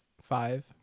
Five